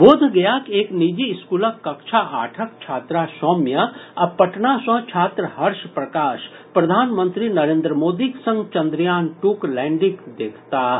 बोधगयाक एक निजी स्कूलक कक्षा आठक छात्रा सौम्या आ पटना सॅ छात्र हर्ष प्रकाश प्रधानमंत्री नरेंद्र मोदीक संग चंद्रयान टूक लैंडिंग देखताह